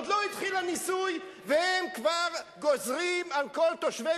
עוד לא התחיל הניסוי והם כבר גוזרים על כל תושבי